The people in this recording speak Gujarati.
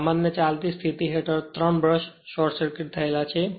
સામાન્ય ચાલતી સ્થિતિ હેઠળ 3 બ્રશ શોર્ટ સર્કિટ થયેલા છે